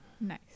Nice